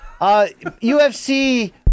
UFC